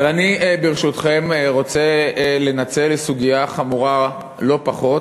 ברשותכם, אני רוצה לנצל סוגיה חמורה לא פחות